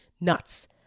Nuts